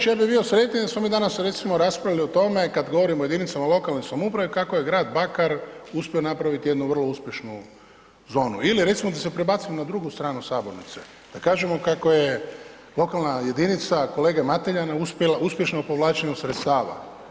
Kolega Klarić, ja bi bio sretniji da smo mi danas recimo raspravljali o tome kad govorimo o jedinicama lokalne samouprave kako je grad Bakar uspio napraviti jednu vrlo uspješnu zonu ili recimo da se prebacimo na drugu stranu sabornice, da kažemo kako je lokalna jedinica kolege Mateljana uspjela, uspješna u povlačenju sredstava.